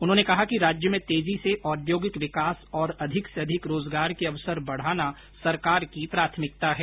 उन्होंने कहा कि राज्य में तेजी से औद्योगिक विकास और अधिक से अधिक रोजगार के अवसर बढाना सरकार की प्राथमिकता है